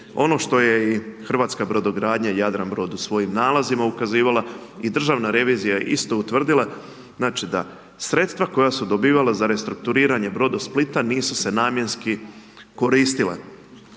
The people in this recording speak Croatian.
Ono što je i Hrvatska brodogradnja i Jadranbrod u svojim nalazima ukazivala i Državna revizija isto utvrdila, znači da, sredstva koja su dobivala za restrukturiranje Brodosplita, nisu se namjenski koristile.